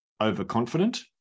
overconfident